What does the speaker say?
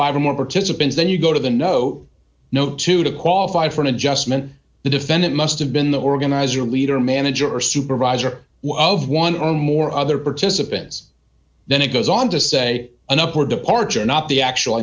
five more participants then you go to the no no two to qualify for an adjustment the defendant must have been the organizer leader manager or supervisor while of one or more other participants then it goes on to say an up or departure not the actual